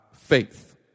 Faith